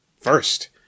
First